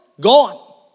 gone